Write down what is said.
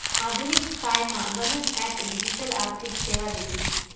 आधुनिक कायमा गनच ॲप डिजिटल आर्थिक सेवा देतीस